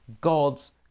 God's